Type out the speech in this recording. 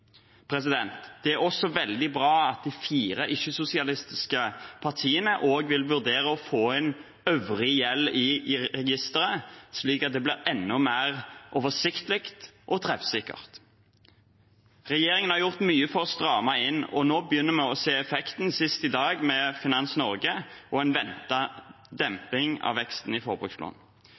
Det er veldig bra at de fire ikke-sosialistiske partiene også vil vurdere å få inn øvrig gjeld i registeret, slik at det blir enda mer oversiktlig og treffsikkert. Regjeringen har gjort mye for å stramme inn, og nå begynner vi å se effekten – sist i dag med Finans Norge og en ventet demping i veksten av forbrukslån.